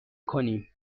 کنیم